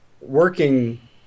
working